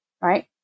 right